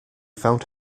found